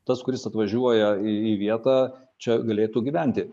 tas kuris atvažiuoja į į vietą čia galėtų gyventi